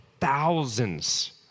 thousands